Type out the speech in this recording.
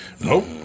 Nope